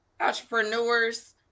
Entrepreneurs